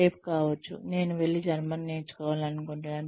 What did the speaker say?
రేపు కావచ్చు నేను వెళ్లి జర్మన్ నేర్చుకోవాలనుకుంటున్నాను